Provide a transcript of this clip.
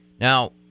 Now